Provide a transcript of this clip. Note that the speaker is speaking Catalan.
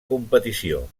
competició